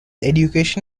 education